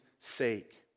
sake